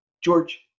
George